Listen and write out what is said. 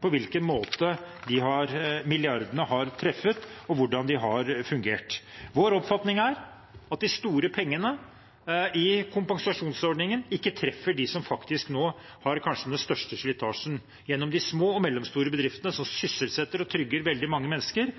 på hvilken måte milliardene har truffet, og hvordan de har fungert. Vår oppfatning er at de store pengene i kompensasjonsordningen ikke treffer dem som faktisk nå kanskje har den største slitasjen. Gjennom de små og mellomstore bedriftene sysselsettes og trygges veldig mange mennesker.